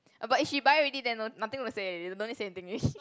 uh but if she buy already then no nothing to say already no need say anything already